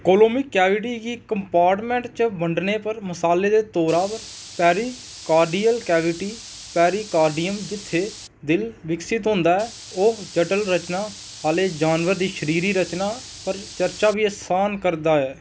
coelomic cavity गी compartment च बंडने पर मसालै दे तौरा पर पेरिकार्डियल कैविटी पेरिकार्डियम जित्थै दिल विकसत होंदा ऐ ओह् जटल रचना आह्ले जानवरें दी शरीरी रचना पर चर्चा गी असान करदा ऐ